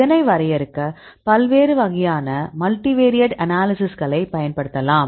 இதனை வரையறுக்க பல்வேறு வகையான மல்டிவேரியட் அனாலிசிஸ்களை பயன்படுத்தலாம்